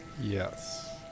Yes